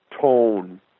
tone